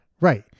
Right